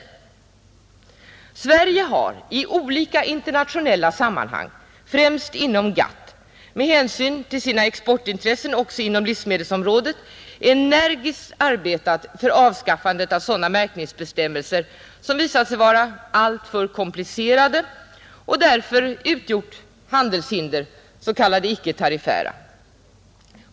Sverige har i olika internationella sammanhang — främst inom GATT — med hänsyn till sina exportintressen också inom livsmedelsområdet energiskt arbetat för ett avskaffande av sådana märkningsbestämmelser vilka visat sig alltför komplicerade och därför i realiteten utgjort s.k. icke tariffära handelshinder.